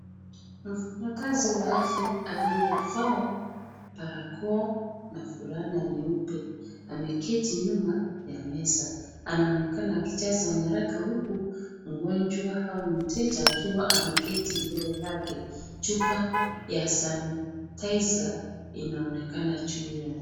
Mfanyakazi wa afya aliyevaa barakoa na fulana nyeupe, ameketi nyuma ya meza. Anaonekana akijaza nyaraka huku mgonjwa au mteja akiwa ameketi mbele yake. Chupa ya sanitizer inaonekana juu ya meza.